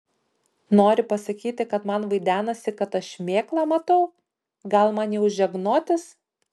nori pasakyti kad man vaidenasi kad aš šmėklą matau gal man jau žegnotis